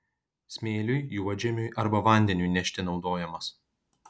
smėliui juodžemiui arba vandeniui nešti naudojamas